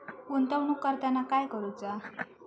गुंतवणूक करताना काय करुचा?